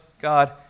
God